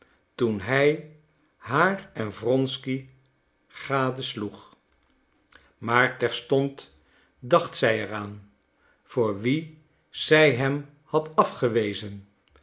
toen hij haar en wronsky gadesloeg maar terstond dacht zij er aan voor wien zij hem had afgewezen